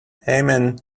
amen